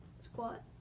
Squat